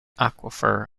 aquifer